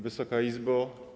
Wysoka Izbo!